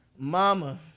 Mama